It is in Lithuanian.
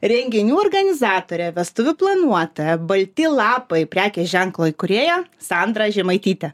renginių organizatorė vestuvių planuotoja balti lapai prekės ženklo įkūrėja sandra žemaitytė